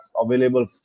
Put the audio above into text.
available